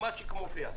מה שמופיע.